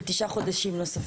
של תשעה חודשים נוספים.